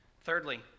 Thirdly